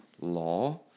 law